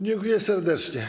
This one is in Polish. Dziękuję serdecznie.